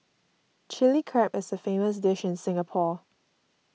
Chilli Crab is a famous dish in Singapore